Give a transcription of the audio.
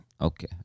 Okay